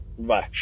-bye